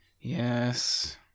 Yes